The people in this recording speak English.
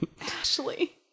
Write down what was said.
Ashley